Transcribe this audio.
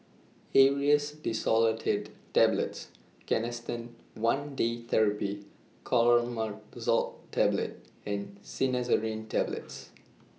Aerius DesloratadineTablets Canesten one Day Therapy Clotrimazole Tablet and Cinnarizine Tablets